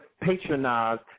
patronized